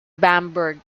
bamberg